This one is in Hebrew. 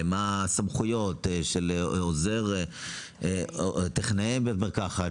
מה הסמכויות של טכנאי בית מרקחת,